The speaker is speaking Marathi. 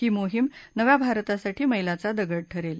ही मोहीम नव्या भारतासाठी मक्तीचा दगड ठरेल